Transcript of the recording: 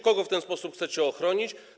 Kogo w ten sposób chcecie ochronić?